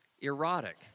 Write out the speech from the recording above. Erotic